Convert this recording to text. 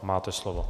Máte slovo.